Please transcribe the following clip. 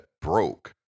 broke